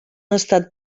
estat